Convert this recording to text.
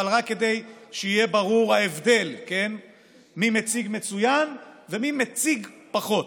אבל רק כדי שיהיה ברור ההבדל מי מציג מצוין ומי מציג פחות,